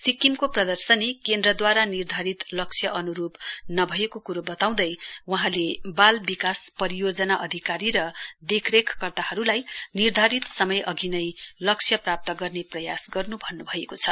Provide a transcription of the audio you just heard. सिक्किमको प्रदर्शनी केन्द्रद्वारा निर्धारित लक्ष्य अन्रूप नभएको कुरो बताउँदै वहाँलेबाल विकास परियोजना अधिकारी र देखरेख कर्तालाई निर्धारित समय अघि नै लक्ष्य प्राप्ति गर्ने प्रयास गर्न् भन्न् भएको छ